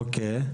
אוקיי.